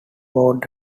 broad